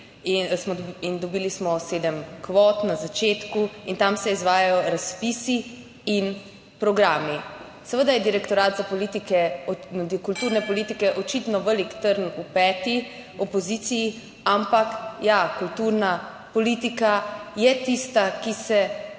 in dobili smo sedem kvot na začetku in tam se izvajajo razpisi in programi. Seveda je Direktorat za politike in kulturne politike očitno velik trn v peti opoziciji, ampak ja, kulturna politika je tista, ki se